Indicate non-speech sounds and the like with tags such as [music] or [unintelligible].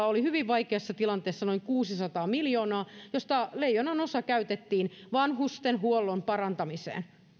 [unintelligible] oli hyvin vaikeassa tilanteessa noin kuusisataa miljoonaa josta leijonanosa käytettiin vanhustenhuollon parantamiseen